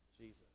Jesus